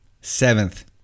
Seventh